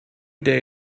day